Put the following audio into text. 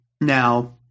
now